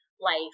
life